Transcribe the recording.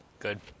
Good